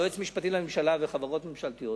היועץ המשפטי לממשלה וחברות ממשלתיות,